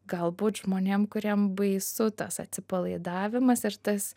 galbūt žmonėm kuriem baisu tas atsipalaidavimas ir tas